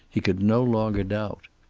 he could no longer doubt.